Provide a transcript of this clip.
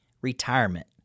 retirement